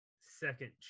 second